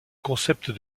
concept